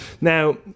Now